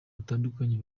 batandukanye